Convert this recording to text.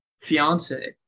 fiance